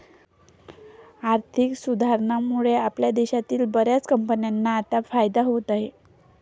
आर्थिक सुधारणांमुळे आपल्या देशातील बर्याच कंपन्यांना आता फायदा होत आहे